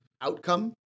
outcome